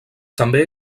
també